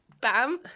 Bam